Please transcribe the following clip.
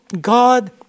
God